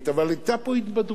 אבל היתה פה התבדרות.